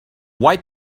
why